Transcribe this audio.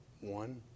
one